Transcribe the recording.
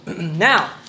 Now